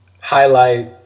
highlight